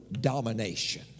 domination